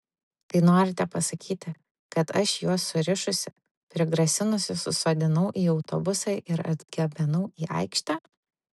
tai norite pasakyti kad aš juos surišusi prigrasinusi susodinau į autobusą ir atgabenau į aikštę